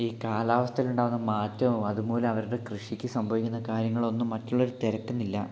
ഈ കാലാവസ്ഥയിലുണ്ടാകുന്ന മാറ്റവും അതുമൂലം അവരുടെ കൃഷിക്ക് സംഭവിക്കുന്ന കാര്യങ്ങളും ഒന്നും മറ്റുള്ളവർ തിരക്കുന്നില്ല